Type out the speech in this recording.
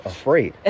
afraid